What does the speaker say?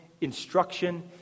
instruction